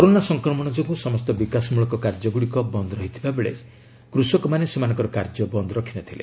corona ସଂକ୍ରମଣ ଯୋଗୁଁ ସମସ୍ତ ବିକାଶମୂଳକ କାର୍ଯ୍ୟଗୁଡ଼ିକ ବନ୍ଦ ରହିଥିବା ବେଳେ କୃଷକମାନେ ସେମାନଙ୍କ କାର୍ଯ୍ୟ ବନ୍ଦ ରଖିନଥିଲେ